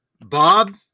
Bob